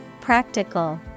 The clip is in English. Practical